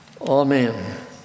Amen